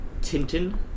Tintin